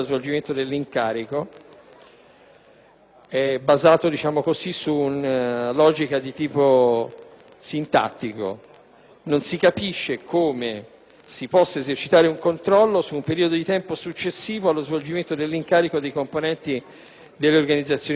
dire, su una logica di tipo sintattico: non si capisce come si possa esercitare un controllo su un periodo di tempo successivo allo svolgimento dell'incarico di componenti delle organizzazioni sindacali.